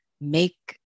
make